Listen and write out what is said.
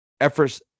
efforts